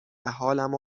حالمو